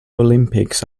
olympics